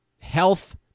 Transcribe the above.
Health